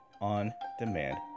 on-demand